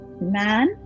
man